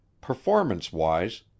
Performance-wise